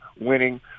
winning